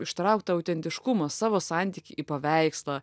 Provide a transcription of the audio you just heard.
ištraukt tą autentiškumą savo santykį į paveikslą